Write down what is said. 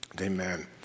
Amen